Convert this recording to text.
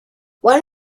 when